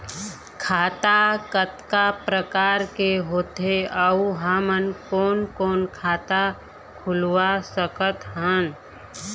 खाता कतका प्रकार के होथे अऊ हमन कोन कोन खाता खुलवा सकत हन?